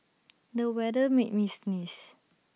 the weather made me sneeze